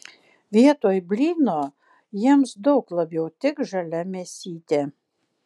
vietoj blyno jiems daug labiau tiks žalia mėsytė